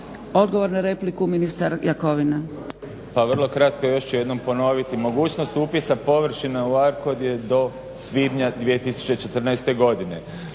Odgovor na repliku ministar Jakovina. **Jakovina, Tihomir (SDP)** Pa vrlo kratko još ću jednom ponoviti mogućnost upisa površina u ARKOD je do svibnja 2014. godine.